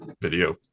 video